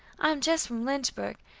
i am just from lynchburg,